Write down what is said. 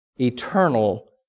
eternal